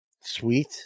Sweet